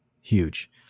Huge